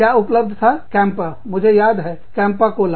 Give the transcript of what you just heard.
क्या उपलब्ध था कैंपा मुझे याद है कैंपा कोला